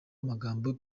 amajambo